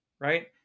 right